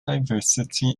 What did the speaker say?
diversity